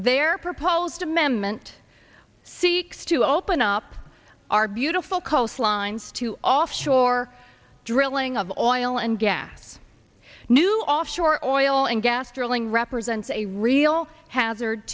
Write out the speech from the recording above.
their proposed amendment seeks to open up our beautiful coastlines to offshore drilling of oil and gas new offshore oil and gas drilling represents a real hazard